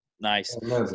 Nice